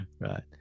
Right